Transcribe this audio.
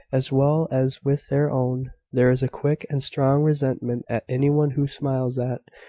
as well as with their own. there is a quick and strong resentment at any one who smiles at,